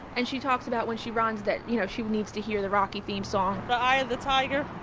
and she talks about when she runs that you know she needs to hear the rocky theme song the eye of the tiger?